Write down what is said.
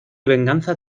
venganza